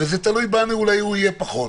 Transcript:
וזה תלוי בנו, אולי הוא יהיה פחות.